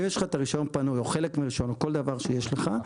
אם יש לך את הרישיון פנוי או חלק מרישיון או כל דבר שיש לך,